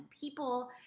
people